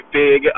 big